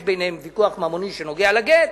ויש ביניהם ויכוח ממוני שנוגע לגט,